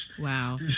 Wow